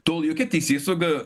tol jokia teisėsauga